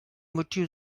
moči